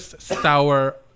sour